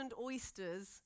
oysters